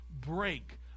break